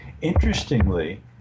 Interestingly